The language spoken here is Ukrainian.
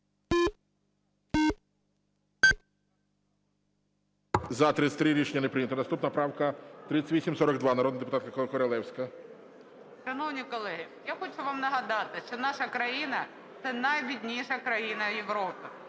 За-33 Рішення не прийнято. Наступна правка 3842, народна депутатка Королевська. 23:25:28 КОРОЛЕВСЬКА Н.Ю. Шановні колеги, я хочу вам нагадати, що наша країна – це найбідніша країна Європи,